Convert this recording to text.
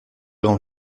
grand